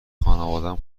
خانوادم